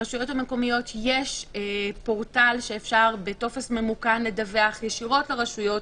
לרשויות המקומיות יש פורטל שאפשר בטופס ממוכן לדווח ישירות לאשויות.